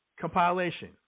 compilation